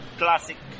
classic